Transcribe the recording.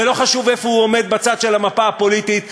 ולא חשוב איפה הוא עומד בצד של המפה הפוליטית,